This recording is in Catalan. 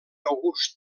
august